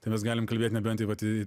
tai mes galim kalbėt nebent tai vat